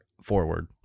forward